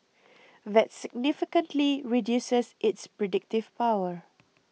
that significantly reduces its predictive power